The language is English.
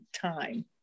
time